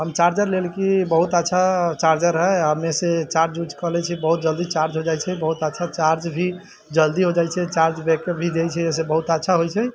हम चार्जर लेल कि बहुत अच्छा चार्जर हइ हम एहिसे चार्ज उर्ज कऽ लय छियै बहुत जल्दी चार्ज भए जाइत छै बहुत अच्छा चार्ज भी जल्दी हो जाइत छै चार्ज भी जे छै से बहुत अच्छा होयत छै